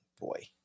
boy